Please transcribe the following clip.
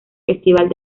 festival